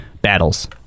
battles